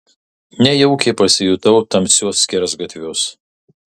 nejaukiai pasijutau tamsiuos skersgatviuos